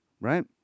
right